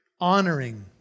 honoring